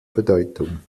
bedeutung